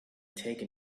taken